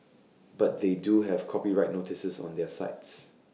but they do have copyright notices on their sites